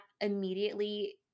immediately